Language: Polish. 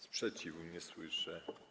Sprzeciwu nie słyszę.